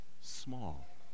small